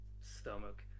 stomach